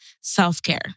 self-care